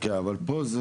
כן אבל פה.